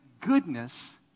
goodness